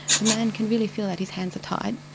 the man can really feel that his hands are tied.